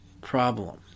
problem